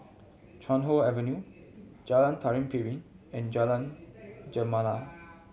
Chuan Hoe Avenue Jalan Tari Piring and Jalan Gemala